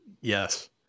Yes